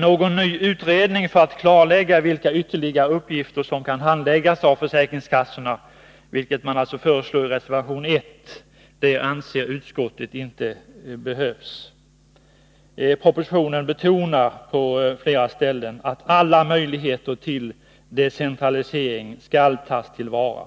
Någon ny utredning för att klarlägga vilka ytterligare uppgifter som kan handläggas av försäkringskassorna, vilket man föreslår i reservation 1, anser utskottet inte behövs. Propositionen betonar på flera ställen att alla möjligheter till decentralisering skall tas till vara.